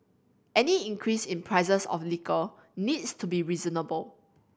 any increase in prices of liquor needs to be reasonable